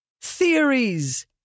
theories